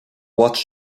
watch